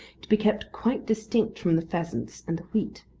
to be kept quite distinct from the pheasants and the wheat.